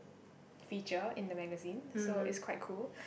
feature in the magazine so it's quite cool